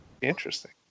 Interesting